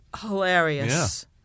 hilarious